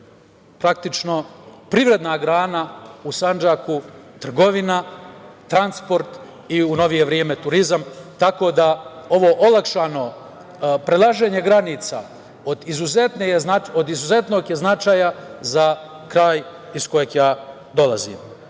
glavna privredna grana u Sandžaku trgovina, transport i u novije vreme turizam, tako da ovo olakšano prelaženje granica od izuzetnog je značaja za kraj iz kojeg ja dolazim. Naravno,